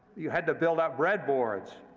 you had to build up breadboards.